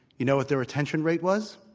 you know what their retention rate was?